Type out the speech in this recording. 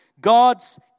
God's